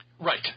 Right